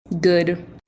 good